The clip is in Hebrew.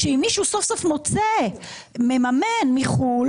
אם מישהו סוף סוף מממן מחוץ לארץ,